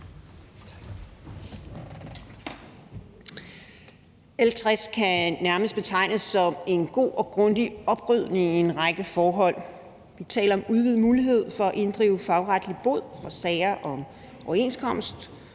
nærmest betegnes som en god og grundig oprydning i en række forhold. Vi taler om udvidet mulighed for at inddrive fagretlig bod i sager om overenskomstbrud